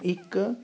ਇੱਕ